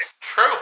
True